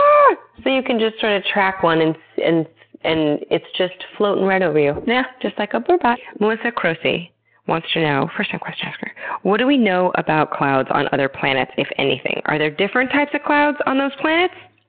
so you can sort of track one and it's and and it's just floatin' right over you, yeah just like a berbye. mellissa croce wants to know first-time question asker what do we know about clouds on other planets, if anything? are there different types of clouds on those planets?